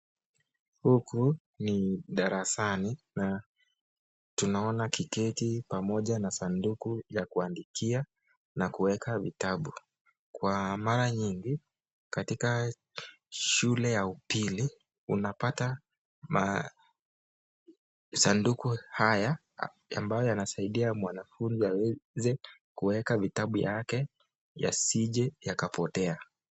Huku ni darasani na tunaona kiketi pamoja na sanduku ya kuandikia na kuweka vitabu. Kwa mara nyingi, katika shule ya upili, unapata masanduku haya ambayo yanasaidia mwanafunzi aweze kuweka vitabu yake yasije yakapotea.